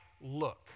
look